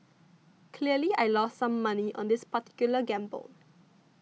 clearly I lost some money on this particular gamble